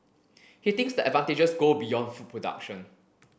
he thinks the advantages go beyond food production